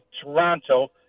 Toronto